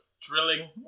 drilling